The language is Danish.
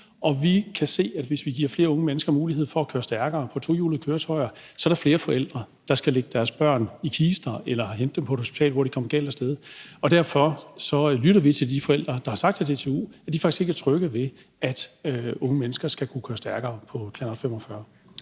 og vi kan se, at hvis vi giver flere unge mennesker mulighed for at køre stærkere på tohjulede køretøjer, så er der flere forældre, der skal lægge deres børn i kister eller hente dem på et hospital, efter at de er kommet galt af sted. Derfor lytter vi til de forældre, der har sagt til DTU, at de faktisk ikke er trygge ved, at unge mennesker skal kunne køre stærkere og altså